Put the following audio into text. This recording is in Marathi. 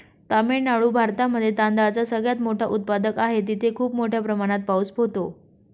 तामिळनाडू भारतामध्ये तांदळाचा सगळ्यात मोठा उत्पादक आहे, तिथे खूप मोठ्या प्रमाणात पाऊस होतो